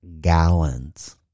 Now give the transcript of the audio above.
gallons